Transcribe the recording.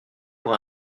pour